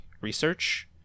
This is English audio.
research